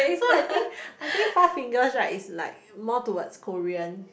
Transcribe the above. so I think I think Four-Fingers right is like more towards Korean